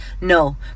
No